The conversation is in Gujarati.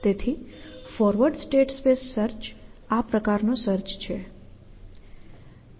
તેથી ફોરવર્ડ સ્ટેટ સ્પેસ સર્ચ આ પ્રકારનો સર્ચ છે